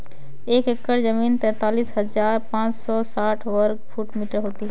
एक एकड़ जमीन तैंतालीस हजार पांच सौ साठ वर्ग फुट होती है